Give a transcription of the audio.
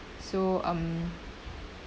so um